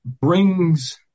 brings